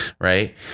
right